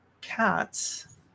cats